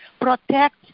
Protect